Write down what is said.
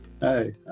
Hi